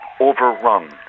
overrun